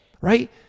right